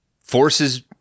Forces